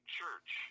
church